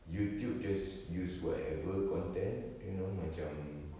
youtube just used whatever content you know macam